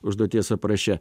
užduoties apraše